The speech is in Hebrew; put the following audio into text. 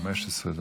15 דקות.